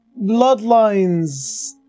Bloodlines